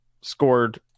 scored